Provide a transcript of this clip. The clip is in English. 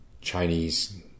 Chinese